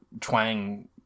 twang